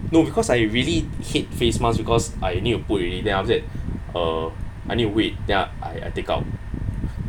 no because I really hate face masks because I need to put already then after that uh I need to wait there I I take out